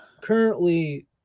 currently